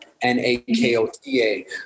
N-A-K-O-T-A